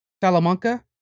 Salamanca